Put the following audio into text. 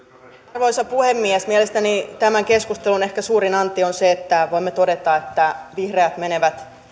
arvoisa puhemies mielestäni tämän keskustelun ehkä suurin anti on se että voimme todeta että vihreät menevät